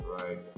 Right